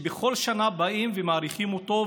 ובכל שנה באים ומאריכים אותו,